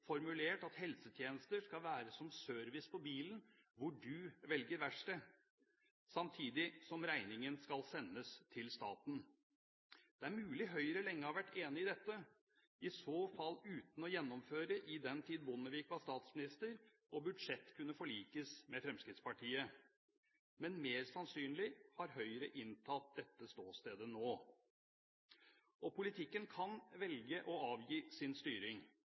formulert at helsetjenester skal være som service på bilen, hvor du velger verksted, samtidig som regningen skal sendes til staten. Det er mulig Høyre lenge har vært enig i dette, i så fall uten å gjennomføre i den tid Bondevik var statsminister, og budsjett kunne forlikes med Fremskrittspartiet. Men mer sannsynlig har Høyre inntatt dette ståstedet nå. Politikken kan velge å avgi sin styring.